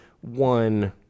one